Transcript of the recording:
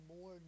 more